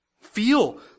Feel